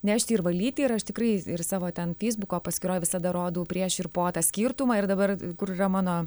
nešti ir valyti ir aš tikrai savo ten feisbuko paskyroj visada rodau prieš ir po tą skirtumą ir dabar kur yra mano